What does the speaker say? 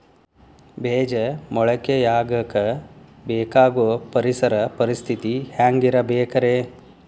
ಬೇಜ ಮೊಳಕೆಯಾಗಕ ಬೇಕಾಗೋ ಪರಿಸರ ಪರಿಸ್ಥಿತಿ ಹ್ಯಾಂಗಿರಬೇಕರೇ?